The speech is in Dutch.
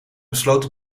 besloot